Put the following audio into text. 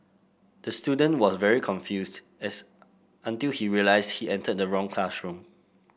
the student was very confused until he realised he entered the wrong classroom